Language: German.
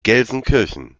gelsenkirchen